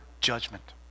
judgment